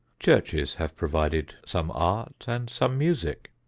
churches have provided some art and some music.